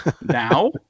Now